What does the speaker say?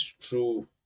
true